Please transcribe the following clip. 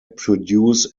produce